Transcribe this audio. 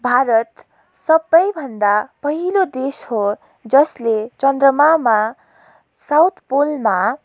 भारत सबैभन्दा पहिलो देश हो जसले चन्द्रमामा साउथ पोलमा